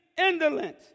indolent